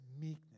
meekness